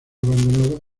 abandonados